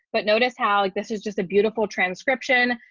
but notice how like this is just a beautiful transcription.